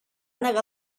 negar